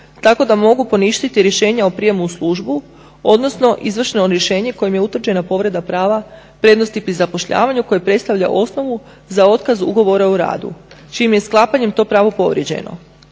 tako da mogu poništiti rješenje o prijemu u službu odnosno izvršno rješenje kojim je utvrđena povreda prava prednosti pri zapošljavanju koje predstavlja osnovu za otkaz ugovora o radu čijim je sklapanjem to pravo povrijeđeno.